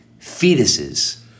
Fetuses